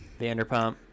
Vanderpump